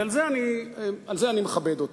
ועל זה אני מכבד אותם.